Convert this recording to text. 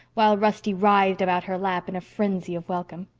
while rusty writhed about her lap in a frenzy of welcome.